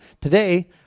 today